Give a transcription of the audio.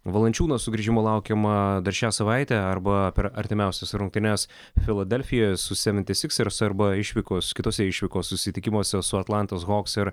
valančiūno sugrįžimo laukiama dar šią savaitę arba per artimiausias rungtynes filadelfijoj seventi siksers arba išvykos kitose išvykos susitikimuose su atlantos hoks ir